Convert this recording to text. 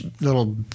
little